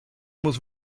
muss